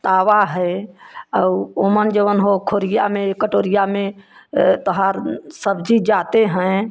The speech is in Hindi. तावा है और ओमन जौन हो खोरिया में कटोरिया में तोहार सब्जी जाते हैं